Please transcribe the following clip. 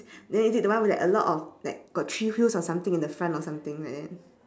then is it the one with like a lot of like got three wheels or something in the front or something like that